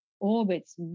orbits